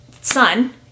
son